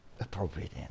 appropriate